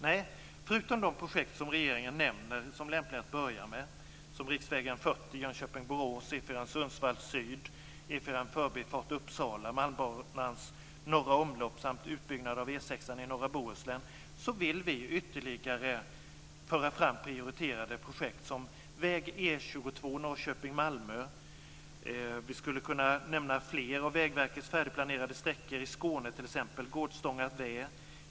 Nej, förutom de projekt som regeringen nämner som lämpliga att börja med, som riksväg 40 Jönköping-Borås, E 4 Sundsvall Syd, E 4 förbifart Uppsala, Malmbanans norra omlopp samt utbyggnad av E 6 i norra Bohuslän, vill vi ytterligare föra fram prioriterade projekt som väg E 22 Norrköping - Malmö. Jag skulle kunna nämna fler av Vägverket färdigplanerade sträckor. I Skåne kan nämnas Gårdstånga-Vä.